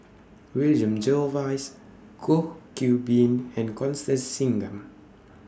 William Jervois Goh Qiu Bin and Constance Singam